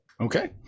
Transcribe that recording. okay